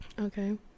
Okay